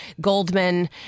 Goldman